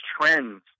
trends